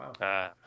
Wow